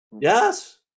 Yes